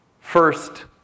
first